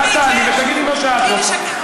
ואת תעני ותגידי מה שאת רוצה.